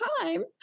time